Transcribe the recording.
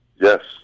Yes